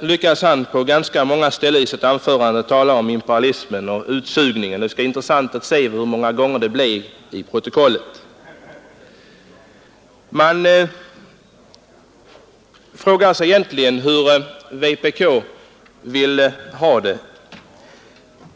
lyckades på ganska många ställen i sitt anförande tala om imperialism och utsugning — det skall bli intressant att se hur många gånger det blir i protokollet. Man frågar sig hur vpk egentligen vill ha det.